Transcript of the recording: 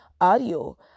audio